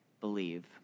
believe